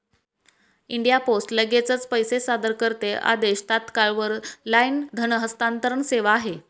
India post लगेचच पैसे सादर करते आदेश, तात्काळ वर लाईन धन हस्तांतरण सेवा आहे